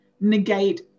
negate